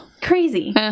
Crazy